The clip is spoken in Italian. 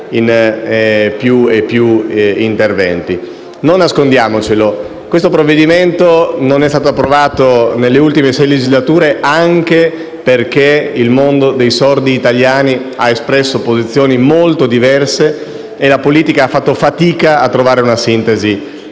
Non nascondiamoci il fatto che questo provvedimento non è stato approvato nelle ultime sei legislature anche perché il mondo dei sordi italiani ha espresso posizioni molto diverse e la politica ha fatto fatica a trovare una sintesi di esse.